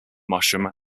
mushroom